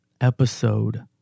episode